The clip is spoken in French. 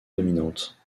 dominante